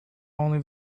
only